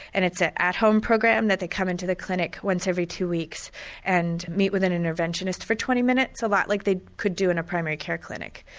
and it's an at-home program that they can come into the clinic once every two weeks and meet with an interventionist for twenty minutes a lot like they could do in a primary care clinic.